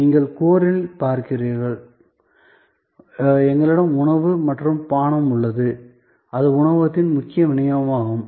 நீங்கள் கோர் இல் பார்க்கிறீர்கள் எங்களிடம் உணவு மற்றும் பானம் உள்ளது அது உணவகத்தின் முக்கிய விநியோகமாகும்